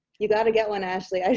you gotta get one ashley.